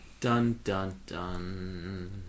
Dun-dun-dun